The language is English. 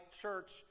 church